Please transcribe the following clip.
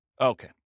Okay